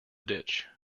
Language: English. ditch